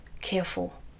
careful